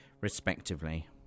respectively